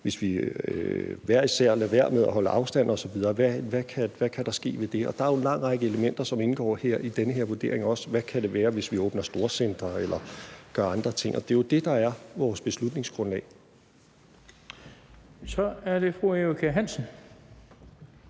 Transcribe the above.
hvis vi hver især lader være med at holde afstand osv.? Hvad kan der ske ved det? Og der er jo en lang række elementer, som også indgår her i den her vurdering: Hvad kan det være, der sker, hvis vi åbner storcentre eller gør andre ting? Og det er jo det, der er vores beslutningsgrundlag. Kl. 13:38 Den fg. formand